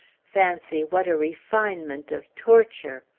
fancy what a refinement of torture!